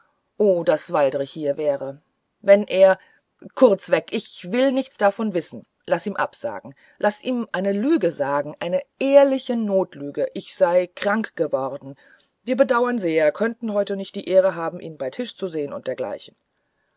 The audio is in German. oh daß waldrich hier wäre wenn er kurz weg ich will nichts davon wissen laß ihm absagen laß ihm eine lüge sagen eine ehrliche notlüge ich sei krank geworden wir bedauerten sehr könnten heute nicht die ehre haben ihn bei tische zu sehen und dergleichen